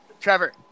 Trevor